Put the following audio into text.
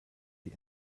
die